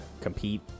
compete